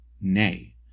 nay